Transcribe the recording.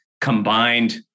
combined